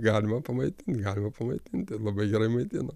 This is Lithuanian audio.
galima pamaitint galima pamaitint tai labai gerai maitino